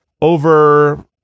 over